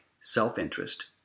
self-interest